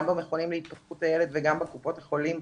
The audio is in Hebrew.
גם במכונים להתפתחות הילד וגם בקופות החולים,